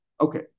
Okay